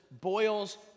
boils